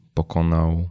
pokonał